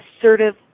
assertive